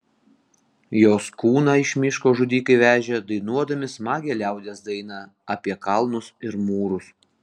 jos kūną iš miško žudikai vežė dainuodami smagią liaudies dainą apie kalnus ir mūrus